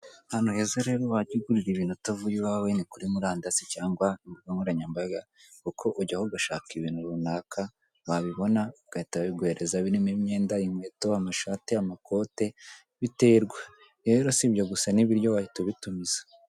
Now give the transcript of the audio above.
Ahantu heza rero wajya ugurira ibintu utavuye iwawe, ni kuri murandasi cyangwa imbuga nkoranyambaga, kuko ujyaho ugashaka ibintu runaka, wabibona bagahita babiguhereza, birimo imyenda, inkweto, amashati, amakote, biterwa! Rero si ibyo gusa, n'ibiryo wahita ubitumiza.